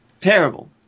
Terrible